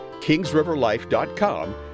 KingsRiverLife.com